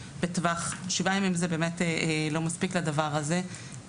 שבעה ימים באמת לא מספיקים לדבר הזה.